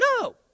No